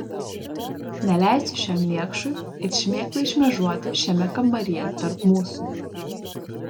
neleisiu šiam niekšui it šmėklai šmėžuoti šiame kambaryje tarp mūsų